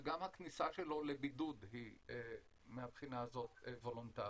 וגם הכניסה שלו לבידוד היא מהבחינה הזאת וולונטרית.